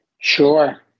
Sure